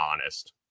honest